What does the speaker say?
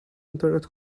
internet